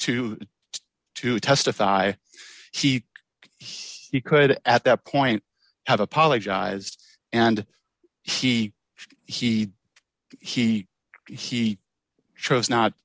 to to testify he he could at that point have apologized and he he he he chose not